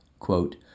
quote